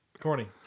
Corny